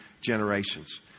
generations